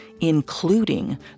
including